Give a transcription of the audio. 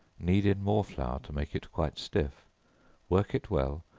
knead in more flour to make it quite stiff work it well,